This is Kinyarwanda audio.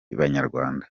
banyarwanda